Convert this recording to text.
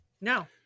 No